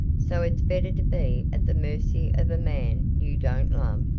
so it's better to be at the mercy of a man you don't love?